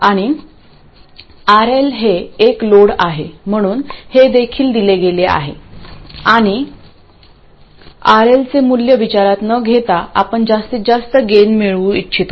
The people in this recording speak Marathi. आणि RL हे एक लोड आहे म्हणून हे देखील दिले गेले आहे आणि RLचे मूल्य विचारात न घेता आपण जास्तीत जास्त गेन मिळवू इच्छितो